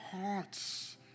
hearts